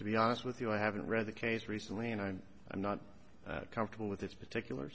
to be honest with you i haven't read the case recently and i'm not comfortable with its particular